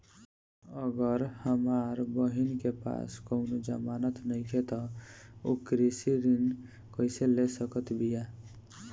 अगर हमार बहिन के पास कउनों जमानत नइखें त उ कृषि ऋण कइसे ले सकत बिया?